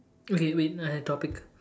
okay wait I have topic